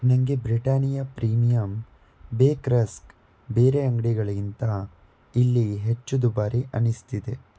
ನನಗೆ Britannia premium bake rusk ಬೇರೆ ಅಂಗಡಿಗಳಿಗಿಂತ ಇಲ್ಲಿ ಹೆಚ್ಚು ದುಬಾರಿ ಅನಿಸ್ತಿದೆ